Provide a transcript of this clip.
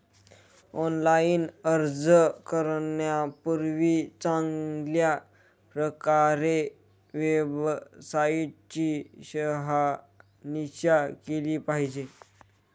online अर्ज करण्यापूर्वी चांगल्या प्रकारे वेबसाईट ची शहानिशा केली पाहिजे